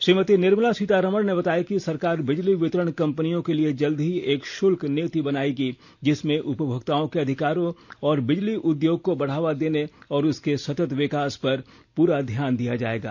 श्रीमती निर्मला सीतारामन ने बताया कि सरकार बिजली वितरण कम्पनियों के लिए जल्द ही एक शुल्क नीति बनाएगी जिसमें उपभोक्ताओं के अधिकारों और बिजली उद्ययोग को बढ़ावा देने और उसके सतत विकास पर पूरा ध्यान दिया जाएगा